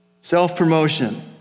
Self-promotion